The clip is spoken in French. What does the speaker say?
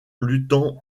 luttant